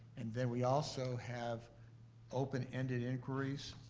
and then we also have open ended inquiries,